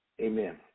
Amen